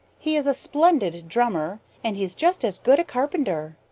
he is a splendid drummer and he's just as good a carpenter.